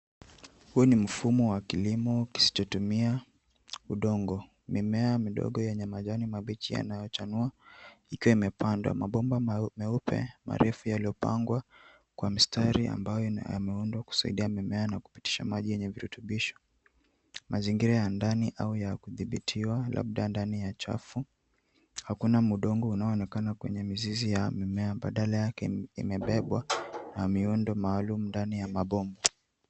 Huu ni mfumo wa kilimo kisichotumia udongo. Mimea midogo yenye majani mabichi yanayochanua ikiwa imepandwa. Mabomba meupe marefu yaliyopangwa kwa mistari ambayo yameundwa kusaidia mimea na kupitisha maji yenye virutubisho. Mazingira ya ndani au ya kudhibitiwa labda ndani ya chafu hakuna udongo unaoonekana kwenye mizizi ya mimea badala yake imebebwa na miundo maalum ndani ya mabomba.